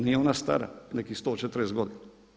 Nije ona stara, nekih 140 godina.